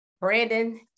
Brandon